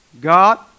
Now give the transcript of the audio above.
God